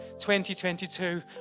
2022